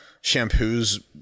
shampoo's